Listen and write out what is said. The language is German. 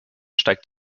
steigt